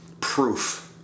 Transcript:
proof